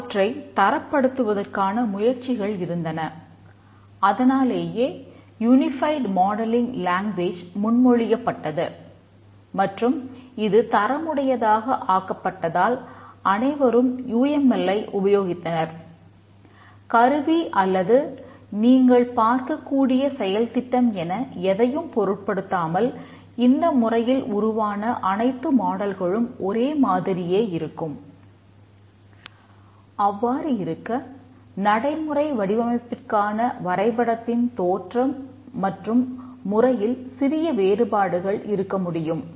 அவ்வாறு இருக்க நடைமுறை வடிவமைப்பிற்கான வரைபடத்தின் தோற்றம் மற்றும் முறையில் சிறிய வேறுபாடுகள் இருக்க முடியும்